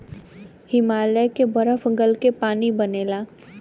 हिमालय के बरफ गल क पानी बनेला